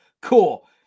Cool